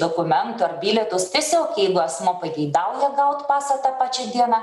dokumentų ar bilietus tiesiog jeigu asmuo pageidavo gaut pasą tą pačią dieną